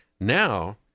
Now